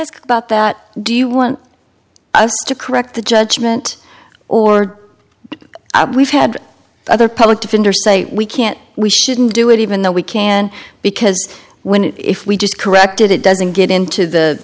ask about that do you want us to correct the judgment or we've had other public defender say we can't we shouldn't do it even though we can because when it if we just corrected it doesn't get into the